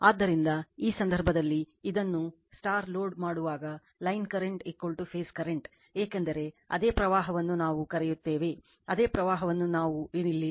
ಆದ್ದರಿಂದ ಈ ಸಂದರ್ಭದಲ್ಲಿ ಇದನ್ನು ಲೋಡ್ ಮಾಡುವಾಗ ಲೈನ್ ಕರೆಂಟ್ ಫೇಸ್ ಕರೆಂಟ್ ಏಕೆಂದರೆ ಅದೇ ಪ್ರವಾಹವನ್ನು ನಾವು ಕರೆಯುತ್ತೇವೆ ಅದೇ ಪ್ರವಾಹವನ್ನು ನಾನು ಇಲ್ಲಿ ನಮೂದಿಸುತ್ತೇನೆ